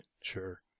Sure